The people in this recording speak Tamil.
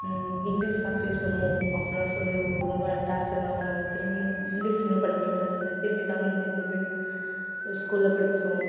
இங்கிலீஷ் தான் பேசணும் அப்புடில்லாம் சொல்லி ரொம்ப டார்ச்சர்லாம் பண்ணாங்க திரும்பி இங்கிலீஷ் மீடியம் படிக்க மாட்டேன்னு சொல்லி திரும்பி தமிழ் மீடியத்தில் போய் ஒரு ஸ்கூலில் படித்தோம்